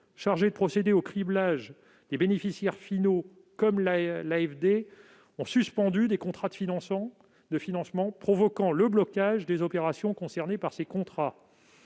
chargés de procéder au criblage des bénéficiaires finaux, comme l'AFD, ont suspendu des contrats de financement, provoquant le blocage des opérations concernées par ces contrats.